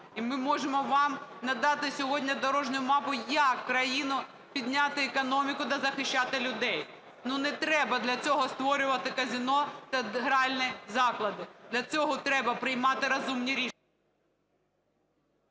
і ми можемо вам надати сьогодні дорожню мапу, як підняти економіку та захищати людей. Ну, не треба для цього створювати казино та гральні заклади. Для цього треба приймати розумні рішення.